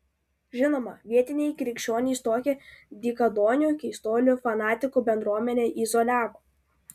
žinoma vietiniai krikščionys tokią dykaduonių keistuolių fanatikų bendruomenę izoliavo